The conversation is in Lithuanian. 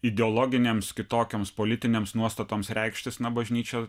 ideologinėms kitokioms politinėms nuostatoms reikštis na bažnyčia